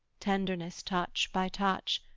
tenderness touch by touch,